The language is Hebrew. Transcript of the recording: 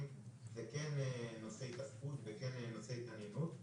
זה כן נושא התעסקות וכן נושא התעניינות.